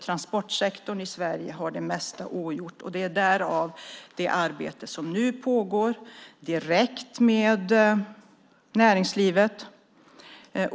Transportsektorn i Sverige har det mesta ogjort. Därför pågår nu ett arbete direkt med näringslivet.